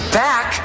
back